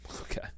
okay